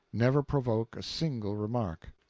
never provoke a single remark.